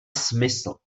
smysl